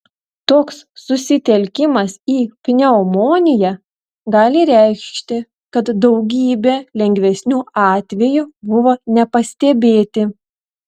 toks susitelkimas į pneumoniją gali reikšti kad daugybė lengvesnių atvejų buvo nepastebėti